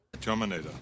Terminator